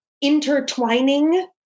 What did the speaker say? intertwining